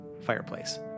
fireplace